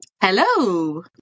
Hello